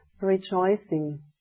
Rejoicing